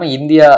India